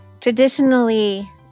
Traditionally